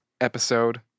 episode